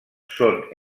són